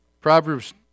Proverbs